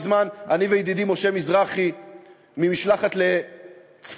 ידידי משה מזרחי ואני חזרנו לא מזמן ממשלחת לצפון-אירלנד.